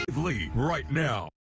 lee right now.